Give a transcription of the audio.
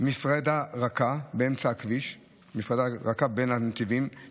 מפרדה רכה בין הנתיבים באמצע הכביש,